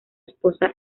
esposa